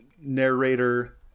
narrator